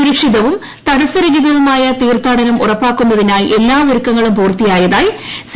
സുരക്ഷിതവും തടസ്സ രഹിതവു മായ തീർത്ഥാടനം ഉറപ്പാക്കുന്നതിനായി എല്ലാ ഒരുക്കങ്ങളും പൂർത്തി യായതായി സി